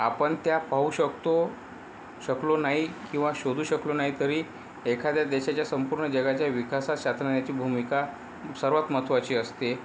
आपण त्या पाहू शकतो शकलो नाही किंवा शोधू शकलो नाही तरी एखाद्या देशाच्या संपूर्ण जगाच्या विकासात शास्त्रज्ञाची भूमिका सर्वात महत्वाची असते